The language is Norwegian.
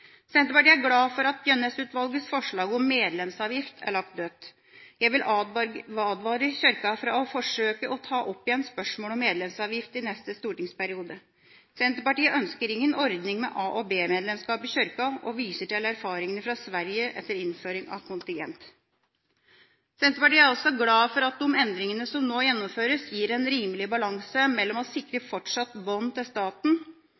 Senterpartiet er glad for at Gjønnes-utvalgets forslag om medlemsavgift er lagt dødt. Jeg vil advare Kirka mot å forsøke å ta opp igjen spørsmålet om medlemsavgift i neste stortingsperiode. Senterpartiet ønsker ingen ordning med A- og B-medlemskap i Kirka, og viser til erfaringene fra Sverige etter innføring av kontingent. Senterpartiet er også glad for at de endringene som nå gjennomføres, gir en rimelig balanse mellom å sikre fortsatt bånd til staten